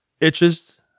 itches